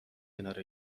کنار